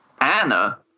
Anna